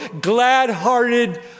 glad-hearted